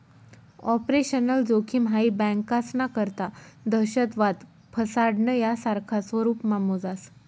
operational जोखिम हाई बँकास्ना करता दहशतवाद, फसाडणं, यासारखा स्वरुपमा मोजास